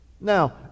Now